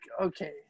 okay